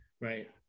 right